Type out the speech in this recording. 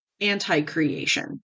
anti-creation